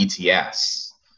ETS